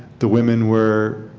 the women were,